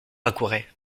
accourait